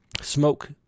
smoke